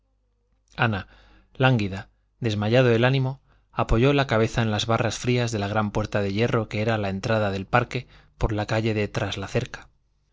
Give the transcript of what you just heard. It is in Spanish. ana lánguida desmayado el ánimo apoyó la cabeza en las barras frías de la gran puerta de hierro que era la entrada del parque por la calle de tras la cerca así